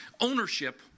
ownership